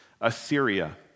Assyria